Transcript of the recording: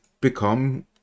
become